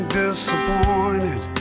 disappointed